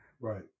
right